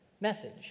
message